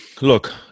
look